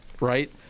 right